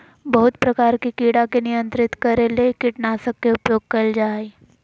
बहुत प्रकार के कीड़ा के नियंत्रित करे ले कीटनाशक के उपयोग कयल जा हइ